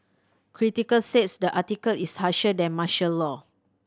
critics says the article is harsher than martial law